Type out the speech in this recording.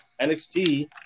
NXT